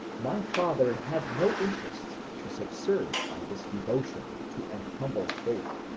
my father had no interests to subserve by this devotion to an humble faith,